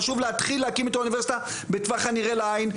חשוב להתחיל להקים את האוניברסיטה בטווח הנראה לעין.